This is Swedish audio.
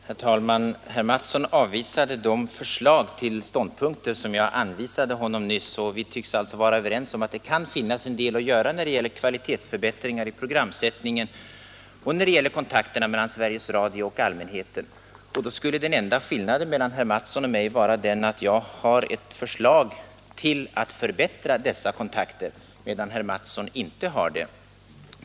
Herr talman! Herr Mattsson i Lane-Herrestad avvisade de förslag till ståndpunkter som jag anvisade honom nyss. Vi tycks alltså vara överens om att det finns en del att göra både när det gäller kvalitetsförbättringar i programsättningen och när det gäller kontakterna mellan Sveriges Radio och allmänheten. Då skulle den enda skillnaden mellan herr Mattsson och mig vara att jag har ett förslag till att förbättra dessa kontakter, medan herr Mattsson inte har det.